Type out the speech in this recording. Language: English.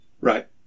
Right